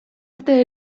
arte